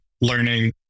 learning